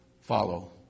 follow